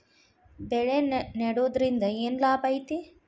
ಬೆಳೆ ನೆಡುದ್ರಿಂದ ಏನ್ ಲಾಭ ಐತಿ?